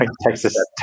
Texas